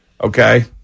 Okay